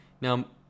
Now